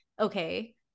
okay